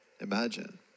imagine